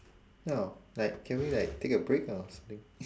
oh like can we like take a break or something